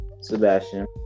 Sebastian